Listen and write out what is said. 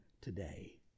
today